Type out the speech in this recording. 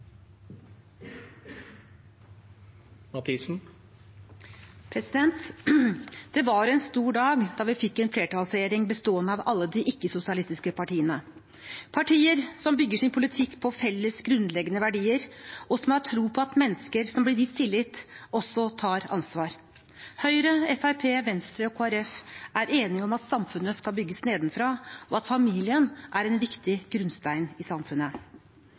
Det var en stor dag da vi fikk en flertallsregjering bestående av alle de ikke-sosialistiske partiene, partier som bygger sin politikk på felles, grunnleggende verdier, og som har tro på at mennesker som blir vist tillit, også tar ansvar. Høyre, Fremskrittspartiet, Venstre og Kristelig Folkeparti er enige om at samfunnet skal bygges nedenfra, og at familien er en viktig grunnstein i samfunnet.